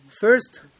first